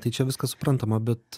tai čia viskas suprantama bet